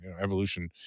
evolution